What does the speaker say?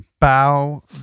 Bow